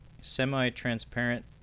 semi-transparent